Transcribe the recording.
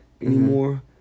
anymore